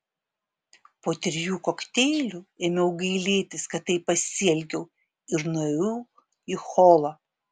po trijų kokteilių ėmiau gailėtis kad taip pasielgiau ir nuėjau į holą